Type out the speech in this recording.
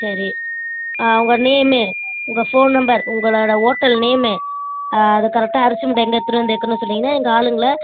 சரி உங்கள் நேமு உங்கள் ஃபோன் நம்பர் உங்களோடய ஓட்டல் நேமு அது கரெட்டாக அரிசி மூட்டை எங்கே எடுத்துகிட்டு வந்து வைக்கணுன்னு சொன்னீங்கன்னால் எங்கள் ஆளுங்களை